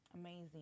Amazing